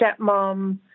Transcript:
stepmom